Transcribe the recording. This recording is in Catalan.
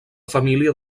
família